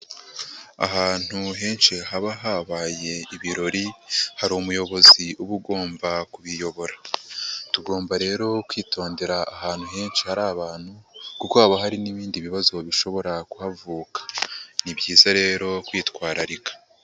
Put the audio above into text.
Ahantu henshi haba habaye ibirori hari umuyobozi uba ugomba kubiyobora, tugomba rero kwitondera ahantu henshi hari abantu kuko haba hari n'ibindi bibazo bishobora kuhavuka, ni byiza rero kwitwararika.